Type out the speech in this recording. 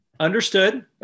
Understood